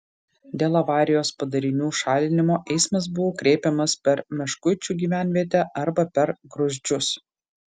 dėl avarijos padarinių šalinimo eismas buvo kreipiamas per meškuičių gyvenvietę arba per gruzdžius